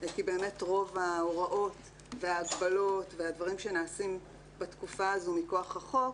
כי באמת רוב ההוראות וההגבלות והדברים שנעשים בתקופה הזו מכוח החוק